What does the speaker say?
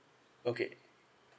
okay